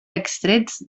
extrets